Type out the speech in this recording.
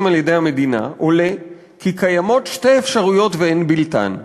על-ידי המדינה עולה כי קיימות שתי אפשרויות ואין בלתן: